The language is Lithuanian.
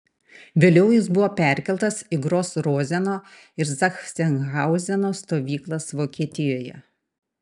vėliau jis buvo perkeltas į gros rozeno ir zachsenhauzeno stovyklas vokietijoje